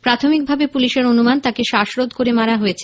প্রাথমিকভাবে পুলিশের অনুমান তাকে শ্বাসরোধ করে মারা হয়েছে